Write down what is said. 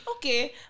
Okay